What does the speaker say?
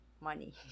money